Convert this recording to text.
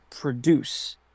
Produce